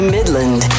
Midland